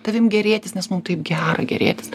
tavim gėrėtis nes mum taip gera gerėtis